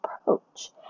approach